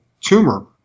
tumor